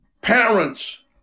parents